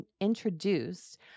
introduced